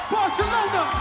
Barcelona